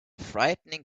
frightening